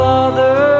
Father